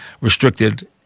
restricted